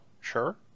Sure